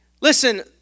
Listen